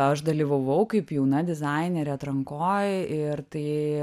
aš dalyvavau kaip jauna dizainerė atrankoj ir tai